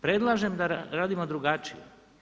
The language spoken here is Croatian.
Predlažem da radimo drugačije.